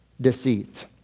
deceit